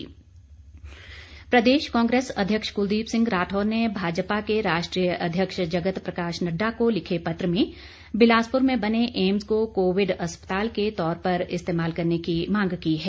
राठौर प्रदेश कांग्रेस अध्यक्ष कुलदीप सिंह राठौर ने भाजपा के राष्ट्रीय अध्यक्ष जगत प्रकाश नड्डा को लिखे पत्र में बिलासपुर में बने एम्स को कोविड अस्पताल के तौर पर इस्तेमाल करने की मांग की है